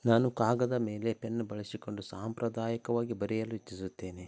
ನಾನು ಕಾಗದ ಮೇಲೆ ಪೆನ್ನು ಬಳಸಿಕೊಂಡು ಸಾಂಪ್ರದಾಯಿಕವಾಗಿ ಬರೆಯಲು ಇಚ್ಛಿಸುತ್ತೇನೆ